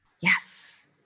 Yes